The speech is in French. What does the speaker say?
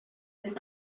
êtes